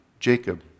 Jacob